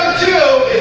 to